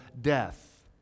death